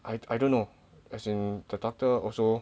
I I don't know as in the doctor also